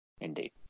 Indeed